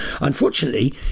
unfortunately